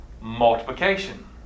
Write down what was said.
multiplication